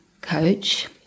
coach